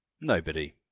Nobody